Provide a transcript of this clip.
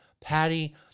Patty